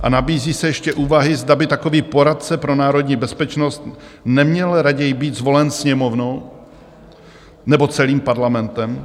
A nabízí se ještě úvahy, zda by takový poradce pro národní bezpečnost neměl raději být zvolen Sněmovnou, nebo celým Parlamentem.